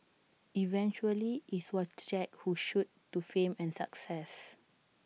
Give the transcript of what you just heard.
eventually IT was Jake who shot to fame and success